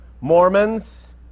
Mormons